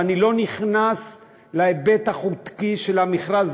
ואני לא נכנס להיבט החוקי של המכרז,